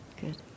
Good